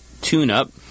tune-up